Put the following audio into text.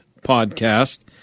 podcast